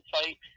fight